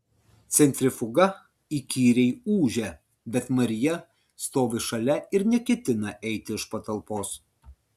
centrifuga įkyriai ūžia bet marija stovi šalia ir neketina eiti iš patalpos